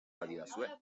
badidazue